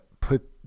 put